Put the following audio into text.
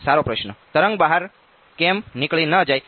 તરંગ બહાર કેમ નીકળી ન જાય